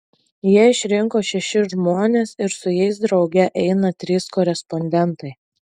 jie išrinko šešis žmones ir su jais drauge eina trys korespondentai